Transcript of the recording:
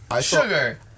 Sugar